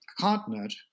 continent